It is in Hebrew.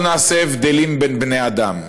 לא נעשה הבדלים בין בני-אדם